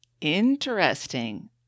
Interesting